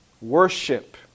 worship